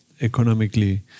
economically